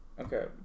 Okay